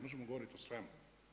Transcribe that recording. Možemo govoriti o svemu.